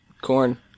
Corn